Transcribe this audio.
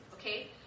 okay